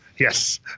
Yes